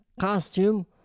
costume